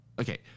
okay